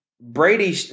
brady